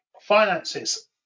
finances